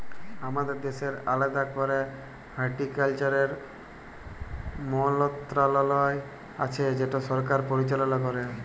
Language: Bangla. আমাদের দ্যাশের আলেদা ক্যরে হর্টিকালচারের মলত্রলালয় আছে যেট সরকার পরিচাললা ক্যরে